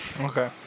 Okay